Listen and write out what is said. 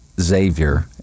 Xavier